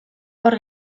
hor